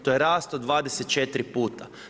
To je rast od 24 puta.